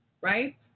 right